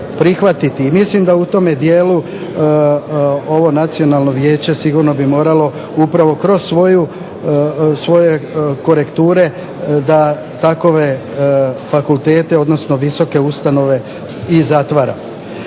Mislim da u tome dijelu ovo nacionalno vijeće sigurno bi moralo upravo kroz svoje korekture da takove fakultete, odnosno visoke ustanove i zatvara.